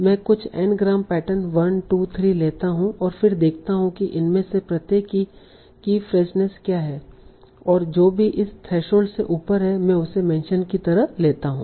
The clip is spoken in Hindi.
मैं कुछ n ग्राम पैटर्न 1 2 3 लेता हूं और फिर देखता हूं कि इनमें से प्रत्येक की कीफ्रेजनेस क्या है और जो भी इस थ्रेशोल्ड से ऊपर है मैं उसे मेंशन की तरह लेता हूं